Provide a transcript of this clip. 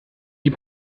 die